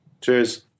Cheers